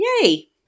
yay